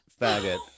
faggot